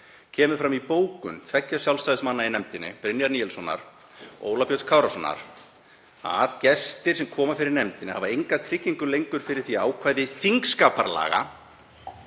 kemur fram í bókun tveggja Sjálfstæðismanna í nefndinni, Brynjars Níelssonar og Óla Björns Kárasonar, að gestir sem komu fyrir nefndina hafi enga tryggingu lengur fyrir því ákvæði þingskapalaga